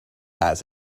has